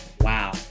Wow